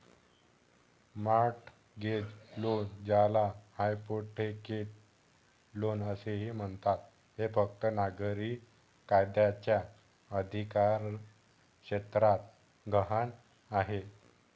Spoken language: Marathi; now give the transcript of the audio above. मॉर्टगेज लोन, ज्याला हायपोथेकेट लोन असेही म्हणतात, हे फक्त नागरी कायद्याच्या अधिकारक्षेत्रात गहाण आहे